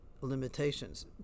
limitations